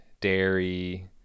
dairy